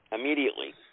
immediately